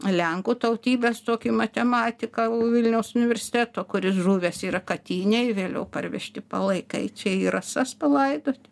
lenkų tautybės tokį matematiką vilniaus universiteto kuris žuvęs yra katynėj vėliau parvežti palaikai čia į rasas palaidoti